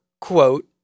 quote